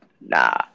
Nah